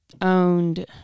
owned